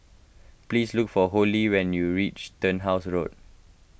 please look for Holly when you reach Turnhouse Road